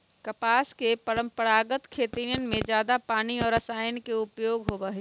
कपास के परंपरागत खेतियन में जादा पानी और रसायन के उपयोग होबा हई